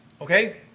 Okay